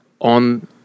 on